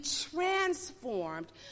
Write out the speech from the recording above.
transformed